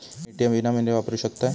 मी ATM विनामूल्य वापरू शकतय?